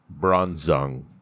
Bronzong